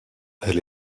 elle